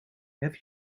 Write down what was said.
have